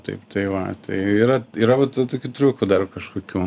taip tai va tai yra yra vat tokių triukų dar kažkokių